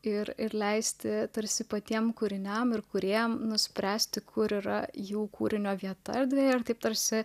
ir ir leisti tarsi patiems kūriniams ir kūrėjams nuspręsti kur yra jų kūrinio vieta erdvei ar taip tarsi